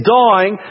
dying